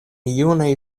junaj